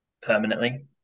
permanently